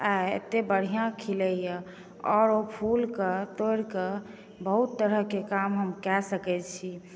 आइ एतेक बढ़िआँ खिलैए आओर ओहि फूलके तोड़िकऽ बहुत तरहके काम हम कऽ सकै छी